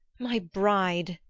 my bride!